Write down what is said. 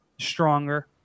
stronger